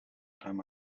time